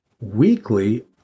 Weekly